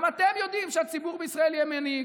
גם אתם יודעים שהציבור בישראל ימני.